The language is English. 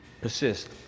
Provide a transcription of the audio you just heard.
persist